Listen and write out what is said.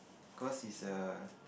cause is a